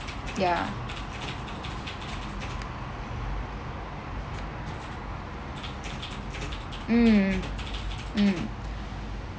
ya mm mm